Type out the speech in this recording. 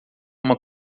uma